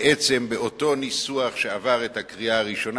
בעצם באותו ניסוח שעבר את הקריאה הראשונה,